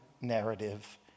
narrative